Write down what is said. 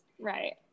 Right